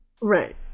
Right